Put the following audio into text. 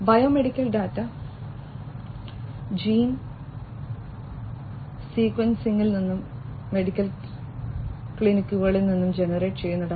biomedical data gene സീക്വൻസിംഗിൽ നിന്നും medical ക്ലിനിക്കുകളിൽ നിന്നും ജനറേറ്റ് ചെയ്യുന്ന ഡാറ്റ